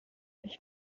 ich